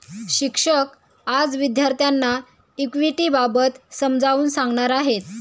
शिक्षक आज विद्यार्थ्यांना इक्विटिबाबत समजावून सांगणार आहेत